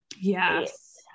Yes